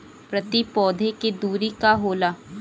प्रति पौधे के दूरी का होला?